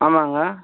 ஆமாங்க